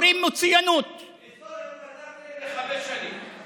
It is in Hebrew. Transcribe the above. אומרים מצוינות, לסגור את מכללת, לחמש שנים.